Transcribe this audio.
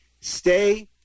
Stay